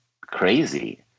crazy